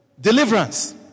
Deliverance